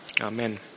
Amen